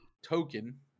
token